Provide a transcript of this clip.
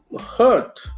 hurt